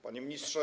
Panie Ministrze!